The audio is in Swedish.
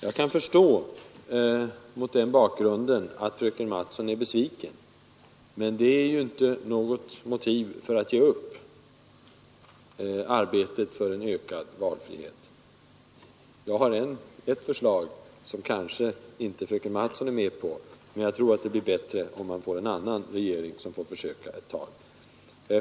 Jag kan mot den här bakgrunden förstå att fröken Mattson är besviken, men det är ju inte något motiv för att ge upp arbetet för en ökad valfrihet. Jag har ett förslag, som kanske inte fröken Mattson är med på, men jag tror att det blir bättre om en annan regering får försöka ett tag.